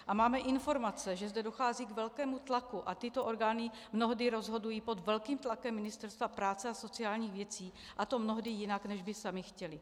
A máme informace, že zde dochází k velkému tlaku a tyto orgány mnohdy rozhodují pod velkým tlakem Ministerstva práce a sociálních věcí, a to mnohdy jinak, než by samy chtěly.